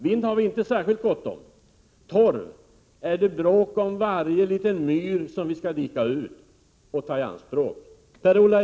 Vind har vi inte särskilt gott om, och när det gäller torv är det bråk om varje liten myr som vi skall dika ut och ta i anspråk.